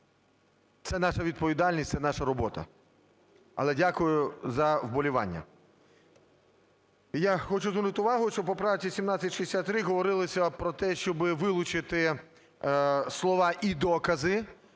Це наша відповідальність, це наша робота. Але дякую за вболівання. Я хочу звернути увагу, що в поправці 1763 говорилося про те, щоби вилучити слова "і докази".